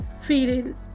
feeling